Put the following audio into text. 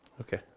Okay